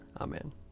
Amen